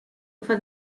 over